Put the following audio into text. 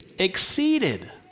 exceeded